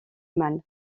mâles